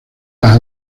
las